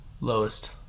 lowest